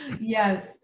Yes